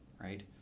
right